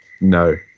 No